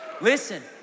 listen